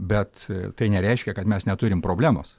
bet tai nereiškia kad mes neturim problemos